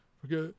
forget